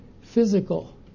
physical